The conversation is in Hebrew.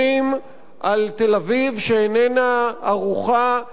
שאיננה ערוכה להתקפת טילים,